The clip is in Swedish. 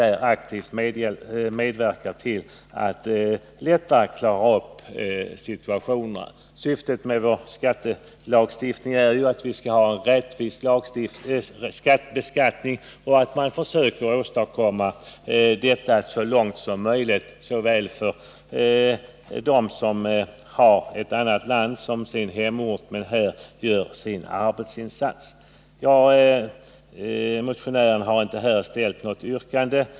Syftet med vår skattelagstiftning är ju att vi skall ha en rättvis beskattning. Vi försöker åstadkomma detta så långt som möjligt även för dem som har sin hemort i ett annat land men här gör sin arbetsinsats. Motionären har inte ställt något yrkande.